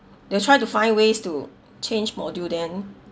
they will try to find ways to change module then